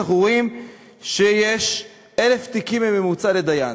אנחנו רואים שיש 1,000 תיקים בממוצע לדיין.